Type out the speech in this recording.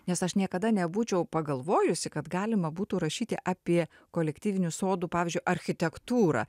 nes aš niekada nebūčiau pagalvojusi kad galima būtų rašyti apie kolektyvinių sodų pavyzdžiui architektūrą